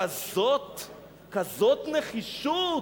כזאת נחישות,